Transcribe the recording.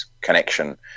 connection